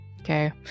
Okay